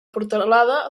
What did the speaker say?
portalada